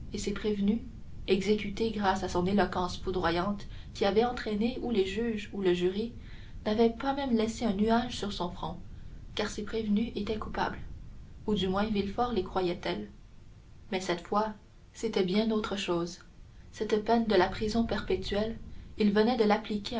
et ces prévenus exécutés grâce à son éloquence foudroyante qui avait entraîné ou les juges ou le jury n'avaient pas même laissé un nuage sur son front car ces prévenus étaient coupables ou du moins villefort les croyait tels mais cette fois c'était bien autre chose cette peine de la prison perpétuelle il venait de l'appliquer